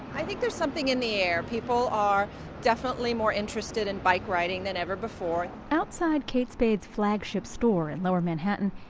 i think there's something in the air, people are definitely more interested in bike riding than ever before kate spade's flagship store in lower manhattan